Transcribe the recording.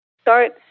start